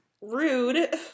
Rude